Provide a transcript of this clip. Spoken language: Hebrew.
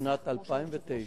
שנת 2009,